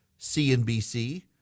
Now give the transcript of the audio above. CNBC